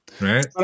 Right